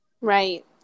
Right